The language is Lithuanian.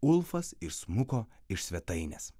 ulfas išsmuko iš svetainės